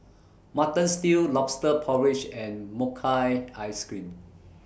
Mutton Stew Lobster Porridge and Mochi Ice Cream